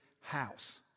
house